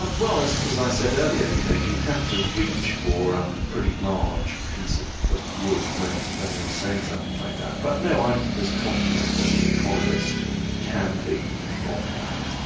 um well as as i said earlier, you know you have to reach for a pretty large piece of of wood when when you're saying something like that. but no, i'm as confident as an economist can be of that.